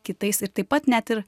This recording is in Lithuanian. kitais ir taip pat net ir